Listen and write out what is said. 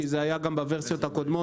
כי זה היה גם בוורסיות הקודמות.